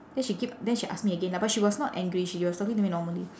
then she keep then she ask me again lah but she was not angry she was talking to me normally